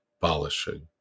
polishing